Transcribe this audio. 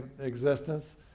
existence